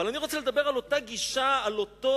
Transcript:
אבל אני רוצה לדבר על אותה גישה, על אותו